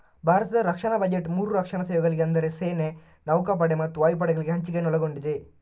ಭಾರತದ ರಕ್ಷಣಾ ಬಜೆಟ್ ಮೂರು ರಕ್ಷಣಾ ಸೇವೆಗಳಿಗೆ ಅಂದರೆ ಸೇನೆ, ನೌಕಾಪಡೆ ಮತ್ತು ವಾಯುಪಡೆಗಳಿಗೆ ಹಂಚಿಕೆಯನ್ನು ಒಳಗೊಂಡಿದೆ